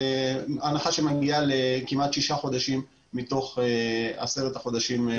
הנחה שמגיעה כמעט לשישה חודשים מתוך עשרת החודשים.